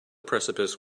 precipice